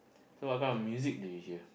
so what kind of music do you hear